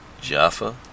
Jaffa